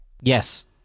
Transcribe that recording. Yes